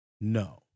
No